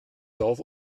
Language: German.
dorf